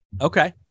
Okay